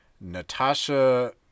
Natasha